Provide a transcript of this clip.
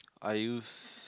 I use